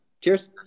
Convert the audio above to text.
Cheers